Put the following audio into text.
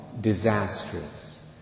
disastrous